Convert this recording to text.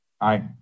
Aye